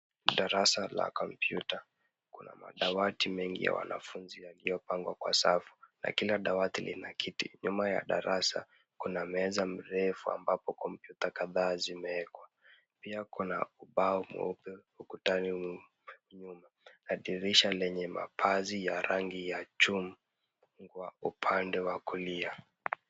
Darasa la kompyuta. Kuna madawati mengi ya wanafunzi yaliyopangwa kwa sawa, na kila dawati lina kiti. Nyuma ya darasa kuna meza mrefu ambapo kompyuta kadhaa zimewekwa, pia kuna ubao mweupe ukutani, nyuma, na dirisha lenye mapazia ya rangi ya chungwa upande wa kulia.